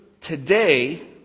today